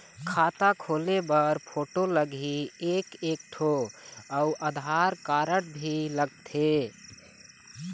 खाता खोले बर फोटो लगही एक एक ठो अउ आधार कारड भी लगथे?